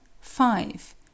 five